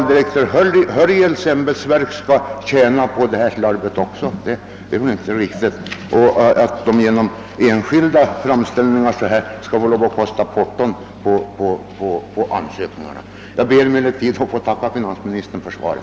Det är väl inte riktigt att behöva betala porto för insändande av enskilda framställningar i denna fråga. Jag ber att få tacka finansministern för svaret.